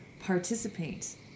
participate